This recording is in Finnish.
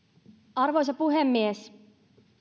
arvoisa puhemies